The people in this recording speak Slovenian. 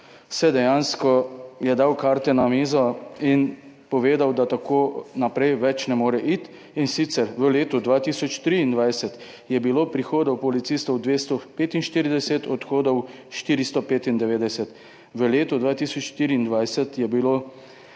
je dejansko dal karte na mizo in povedal, da tako ne more več iti naprej. V letu 2023 je bilo prihodov policistov 245, odhodov 495, v letu 2024 je bilo